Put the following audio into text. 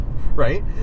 Right